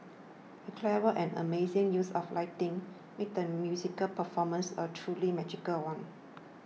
the clever and amazing use of lighting made the musical performance a truly magical one